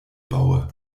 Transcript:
baue